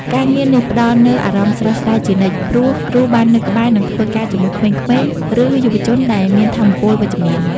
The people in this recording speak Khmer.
ការងារនេះផ្តល់នូវអារម្មណ៍ស្រស់ស្រាយជានិច្ច ព្រោះគ្រូបាននៅក្បែរ និងធ្វើការជាមួយក្មេងៗ ឬយុវជនដែលមានថាមពលវិជ្ជមាន។